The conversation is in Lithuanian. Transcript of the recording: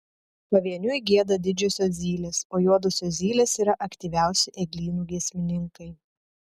pavieniui gieda didžiosios zylės o juodosios zylės yra aktyviausi eglynų giesmininkai